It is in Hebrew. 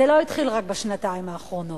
זה לא התחיל בשנתיים האחרונות,